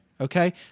Okay